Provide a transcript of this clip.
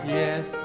yes